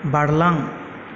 बारलां